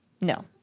No